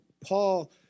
Paul